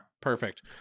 Perfect